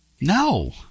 no